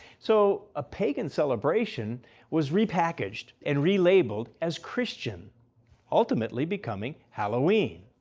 so a pagan celebration was repackaged and relabeled as christian ultimately becoming halloween.